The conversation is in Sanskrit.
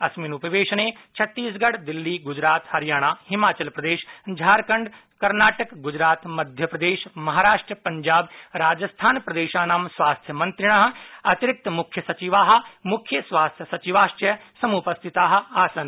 अस्मिन् उपवेशने छत्तीसगढ दिल्ली हरियाणा हिमाचल प्रदेश झाारखंड कर्नाटक गुजरात मध्यप्रदेश महाराष्ट्र पंजाब राजस्थानप्रदेशानां स्वास्थ्यमंत्रिण अतिरिक्त मुख्य सचिवा मुख्यस्वास्थ्यस्तचिवाश्च समुपस्थिता आसन्